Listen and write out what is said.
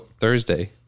Thursday